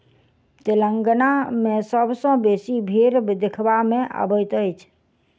तेलंगाना मे सबसँ बेसी भेंड़ देखबा मे अबैत अछि